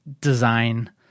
design